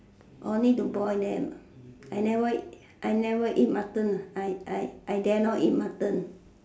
orh need to boil them I never I never eat Mutton I I I dare not eat Mutton